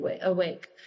awake